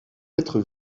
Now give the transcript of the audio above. être